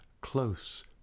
close